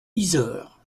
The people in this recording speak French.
yzeure